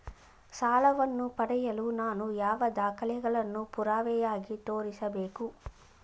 ಸಾಲವನ್ನು ಪಡೆಯಲು ನಾನು ಯಾವ ದಾಖಲೆಗಳನ್ನು ಪುರಾವೆಯಾಗಿ ತೋರಿಸಬೇಕು?